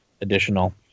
additional